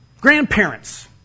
Grandparents